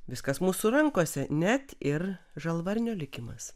viskas mūsų rankose net ir žalvarnio likimas